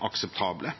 akseptable.